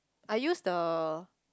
I use the